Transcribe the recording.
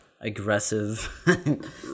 aggressive